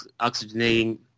oxygenating